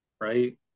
right